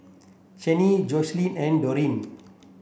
Shanelle Joseline and Darrion